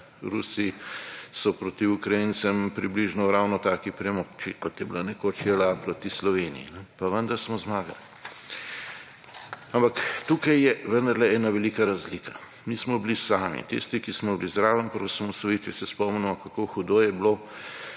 Rusiji so proti Ukrajincem približno ravno taki premoči kot je bila nekoč JLA proti Sloveniji pa vendar smo zmagali, ampak tukaj je ena velika razlika. Mi smo bili sami. Tisti, ki smo bili zraven pri osamosvojitvijo se spomnimo kako hudo je bilo,